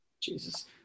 Jesus